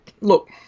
Look